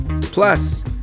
Plus